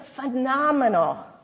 phenomenal